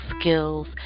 skills